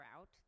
out